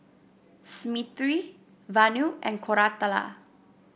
Smriti Vanu and Koratala